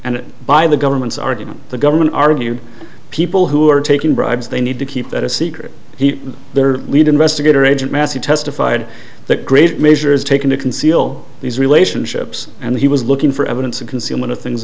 and by the government's argument the government argued people who are taking bribes they need to keep that a secret he their lead investigator agent massey testified that great measures taken to conceal these relationships and he was looking for evidence of con